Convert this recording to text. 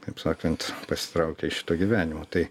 taip sakant pasitraukė iš šito gyvenimo tai